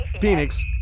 Phoenix